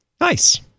nice